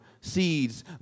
seeds